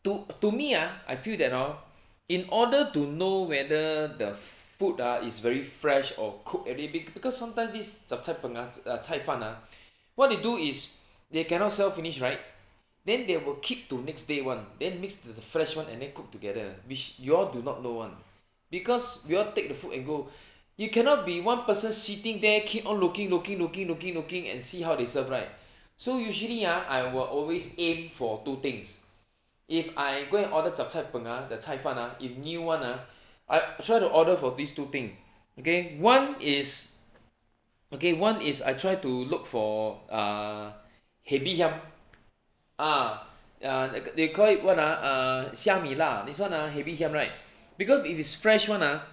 to to me ah I feel that hor in order to know whether the food ah is very fresh or cook everyday be~ because sometimes this zhup cai png ah 菜饭 ah what they do is they cannot sell finish right then they will keep to next day [one] then mix with the fresh [one] and then cook together which you all do not know [one] because we all take the food and go you cannot be one person sitting there keep on looking looking looking looking looking and see how they serve right so usually ah I will always aim for two things if I go and order zhup cai png ah the 菜饭 ah if new [one] ah I try to order for these two thing okay [one] is okay [one] is I try to look for uh hei bi hiam ah uh they call it what ah uh 虾米辣 this [one] ah hei bi hiam right because if it is fresh [one] ah